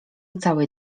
cały